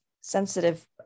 sensitive